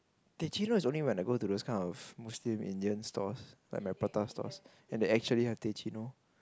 teh cino is only when I go to those kind of Muslim Indian stores like my prata stores and they actually have teh cino